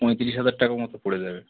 পঁয়তিরিশ হাজার টাকার মতো পড়ে যাবে